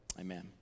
Amen